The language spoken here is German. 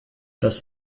das